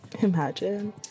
imagine